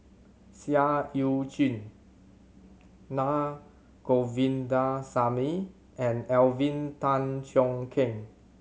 Seah Eu Chin Naa Govindasamy and Alvin Tan Cheong Kheng